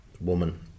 woman